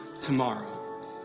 tomorrow